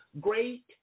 great